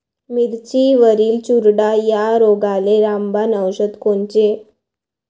मिरचीवरील चुरडा या रोगाले रामबाण औषध कोनचे?